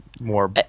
more